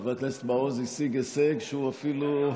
חבר הכנסת מעוז השיג הישג שהוא אפילו,